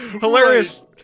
Hilarious